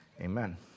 amen